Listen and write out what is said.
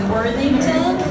Worthington